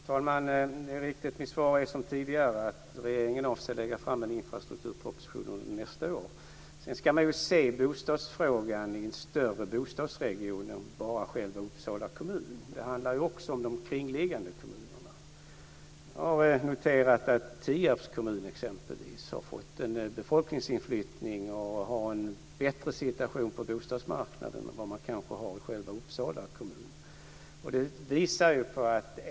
Fru talman! Mitt svar är liksom tidigare att regeringen avser att lägga fram en infrastrukturproposition under nästa år. Bostadsfrågan ska ses i perspektivet av en större bostadsregion än bara Uppsala kommun. Det handlar också om de kringliggande kommunerna. Jag har exempelvis noterat att Tierps kommun har fått en befolkningsinflyttning och kanske har en bättre situation på bostadsmarknaden än vad man har i Uppsala kommun.